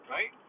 Right